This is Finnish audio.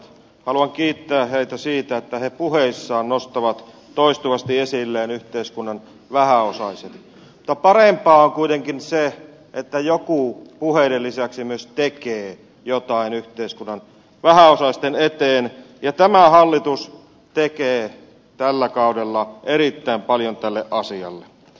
haluan kiittää heitä siitä että he puheissaan nostavat toistuvasti esille yhteiskunnan vähäosaiset mutta parempaa on kuitenkin se että joku puheiden lisäksi myös tekee jotain yhteiskunnan vähäosaisten eteen ja tämä hallitus tekee tällä kaudella erittäin paljon tälle asialle